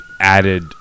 added